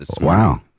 wow